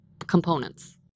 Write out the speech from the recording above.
components